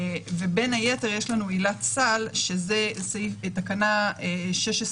ובין היתר יש לנו עילת סל שזאת תקנה 16(א)(10)